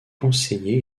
conseiller